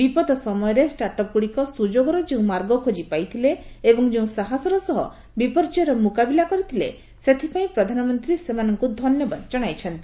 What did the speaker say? ବିପଦ ସମୟରେ ଷ୍ଟାର୍ଟଅପ୍ଗୁଡିକ ସୁଯୋଗର ଯେଉଁ ମାର୍ଗ ଖୋଜି ପାଇଥିଲେ ଏବଂ ଯେଉଁ ସାହସର ସହ ବିପର୍ଯ୍ୟର ମୁକାବିଲା କରିଥିଲେ ସେଥିପାଇଁ ପ୍ରଧାନମନ୍ତ୍ରୀ ସେମାନଙ୍କୁ ଶୁଭେଚ୍ଛା ଜଣାଇଚ୍ଚନ୍ତି